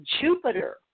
Jupiter